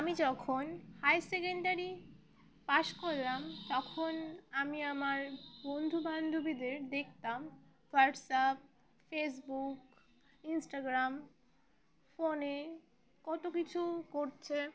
আমি যখন higher secondary pass করলাম তখন আমি আমার বন্ধুবান্ধবীদের দেখতাম হোয়াটসঅ্যাপ ফেসবুক ইন্স্টাগ্রাম ফোনে কত কিছু করছে